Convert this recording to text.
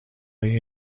های